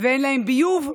ואין להם ביוב,